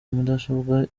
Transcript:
mudasobwa